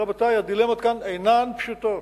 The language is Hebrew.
רבותי, הדילמות כאן אינן פשוטות.